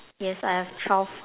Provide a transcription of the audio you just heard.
yes I have twelve